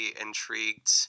intrigued